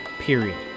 period